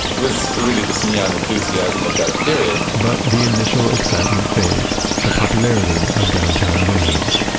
was really this neon enthusiasm of that period but the initial excitement fades. the popularity of downtown wanes.